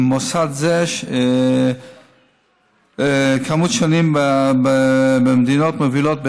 וממוסד זה שנים במדינות מובילות,